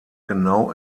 genau